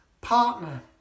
partner